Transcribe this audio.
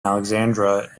alexandra